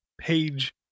page